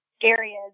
areas